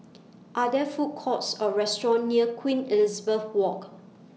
Are There Food Courts Or restaurants near Queen Elizabeth Walk